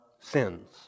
sins